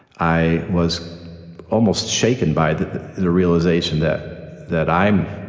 i was almost shaken by the the realization that that i'm